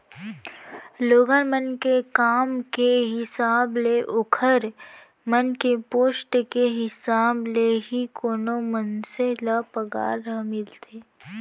लोगन मन के काम के हिसाब ले ओखर मन के पोस्ट के हिसाब ले ही कोनो मनसे ल पगार ह मिलथे